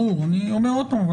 אבל אני אומר עוד פעם,